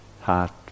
Heart